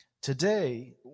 Today